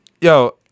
Yo